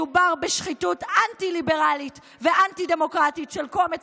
מדובר בשחיתות אנטי-ליברלית ואנטי-דמוקרטית של קומץ